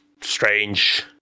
strange